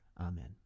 Amen